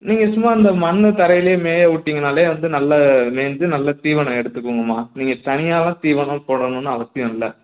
நீங்கள் சும்மா இந்த மண்ணு தரையிலே மேய விட்டீங்கன்னாலே வந்து நல்லா மேஞ்சு நல்லா தீவனம் எடுத்துக்குங்கம்மா நீங்கள் தனியாலாம் தீவனம் போடணும்னு அவசியம் இல்லை